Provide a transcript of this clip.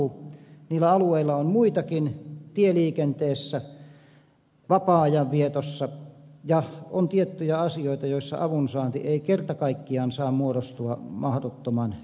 niillä alueilla on muitakin tieliikenteessä vapaa ajan vietossa ja on tiettyjä asioita joissa avunsaanti ei kerta kaikkiaan saa muodostua mahdottoman pitkäksi